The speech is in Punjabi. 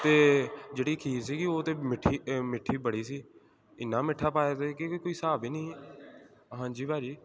ਅਤੇ ਜਿਹੜੀ ਖੀਰ ਸੀਗੀ ਉਹ ਤਾਂ ਮਿੱਠੀ ਅ ਮਿੱਠੀ ਬੜੀ ਸੀ ਇੰਨਾ ਮਿੱਠਾ ਪਾਇਆ ਸੀ ਕਿ ਕੋਈ ਹਿਸਾਬ ਹੀ ਨਹੀਂ ਸੀ ਹਾਂਜੀ ਭਾਅ ਜੀ